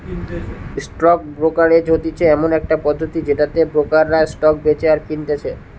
stock brokerage হতিছে এমন একটা পদ্ধতি যেটাতে ব্রোকাররা স্টক বেচে আর কিনতেছে